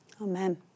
Amen